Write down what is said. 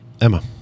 Emma